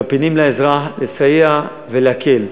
עם הפנים לאזרח, לסייע ולהקל.